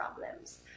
problems